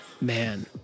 man